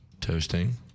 toasting